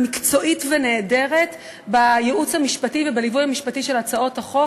מקצועית ונהדרת בייעוץ המשפטי ובליווי המשפטי של הצעות החוק.